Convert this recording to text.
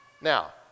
Now